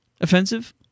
Offensive